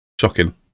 Shocking